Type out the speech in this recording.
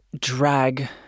drag